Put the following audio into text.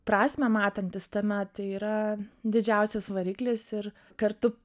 prasmę matantys tame tai yra didžiausias variklis ir kartu